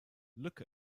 look